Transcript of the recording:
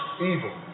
evil